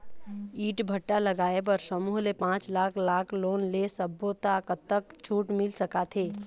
ईंट भट्ठा लगाए बर समूह ले पांच लाख लाख़ लोन ले सब्बो ता कतक छूट मिल सका थे?